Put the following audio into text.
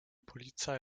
polizei